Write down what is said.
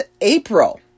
April